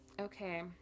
Okay